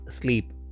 sleep